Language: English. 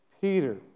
Peter